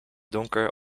donker